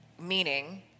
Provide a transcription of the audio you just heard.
meaning